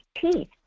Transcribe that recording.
teeth